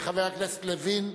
11 בעד, אין מתנגדים,